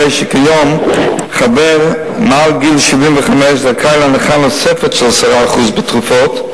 הרי שכיום חבר מעל גיל 75 זכאי להנחה נוספת של 10% בתרופות.